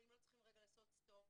האם לא צריכים לעשות רגע סטופ,